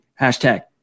Hashtag